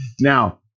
Now